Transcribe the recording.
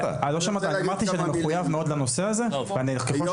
אמרתי שאני מחויב מאוד לנושא הזה --- היות